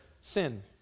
sin